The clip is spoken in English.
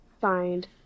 find